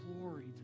glory